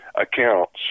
accounts